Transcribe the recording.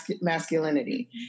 masculinity